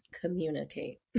communicate